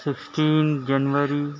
fifteen January